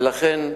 ולכן,